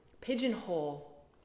pigeonhole